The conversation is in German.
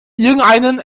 irgendeinen